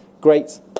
Great